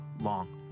long